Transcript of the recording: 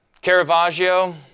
Caravaggio